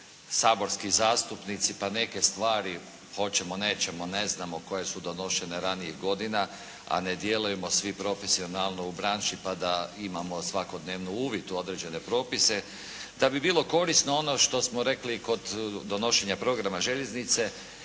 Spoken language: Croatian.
saborski zastupnici pa neke stvari hoćemo, nećemo, ne znamo koje su donošene ranijih godina, a ne djelujemo svi profesionalno u branši, pa da imamo svakodnevno uvid u određene propise. Da bi bilo korisno on što smo rekli kod donošenja programa željeznice,